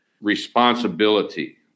responsibility